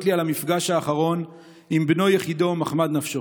לי על המפגש האחרון עם בנו יחידו מחמל נפשו.